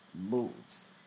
moves